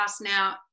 now